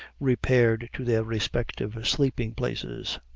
repaired to their respective sleeping places,